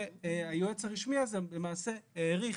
והיועץ הרשמי הזה העריך,